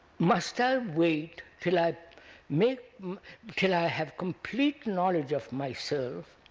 must i wait till i mean um till i have complete knowledge of myself